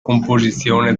composizione